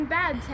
bad